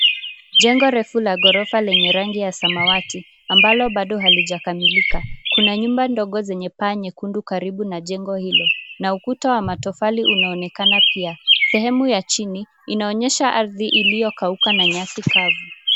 Jengo refu la ghorofa lenye rangi ya samawati ambalo bado halijakamilika. Kuna nyumba ndogo zenye paa nyekundu karibu na jengo hilo, na ukuta wa matofali unaonekana pia. Sehemu ya chini inaonyesha ardhi iliyokauka na nyasi kavu.